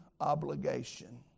obligation